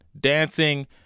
dancing